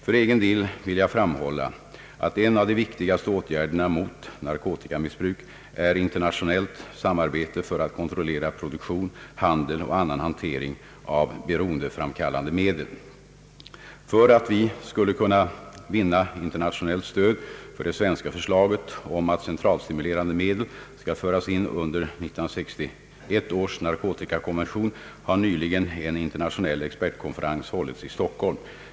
För egen del vill jag framhålla att en av de viktigaste åtgärderna mot narkotikamissbruk är internationellt samarbete för att kontrollera produktion, handel och annan hantering av beroendeframkallande medel. För att vi skulle kunna vinna internationellt stöd för det svenska förslaget om att centralstimulerande medel skall föras in under 1961 års narkotikakonvention har nyligen en internationell expertkonferens hållits i Stockholm.